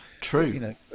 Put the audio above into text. True